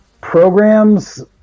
Programs